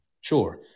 Sure